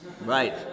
Right